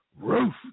Roof